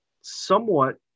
somewhat